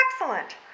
excellent